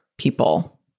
People